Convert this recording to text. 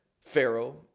Pharaoh